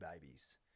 babies